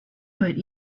but